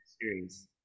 series